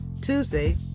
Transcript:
Tuesday